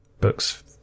books